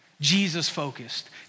Jesus-focused